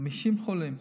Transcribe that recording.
50 חולים.